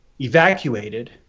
evacuated